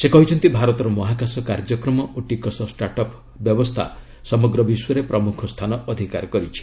ସେ କହିଛନ୍ତି ଭାରତର ମହାକାଶ କାର୍ଯ୍ୟକ୍ରମ ଓ ଟିକସ ଷ୍ଟାର୍ଟ୍ ଅପ୍ ବ୍ୟବସ୍ଥା ସମଗ୍ର ବିଶ୍ୱରେ ପ୍ରମୁଖ ସ୍ଥାନ ଅଧିକାର କରିଛି